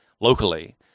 locally